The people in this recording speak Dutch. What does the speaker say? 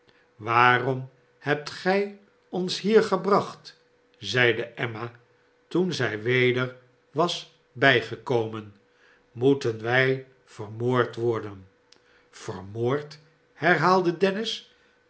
waarom hebt gij ons hier gebracht zeide emma toen zij weder was bijgekomen moeten wij vermoord worden vermoord herhaalde dennis